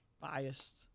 biased